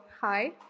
Hi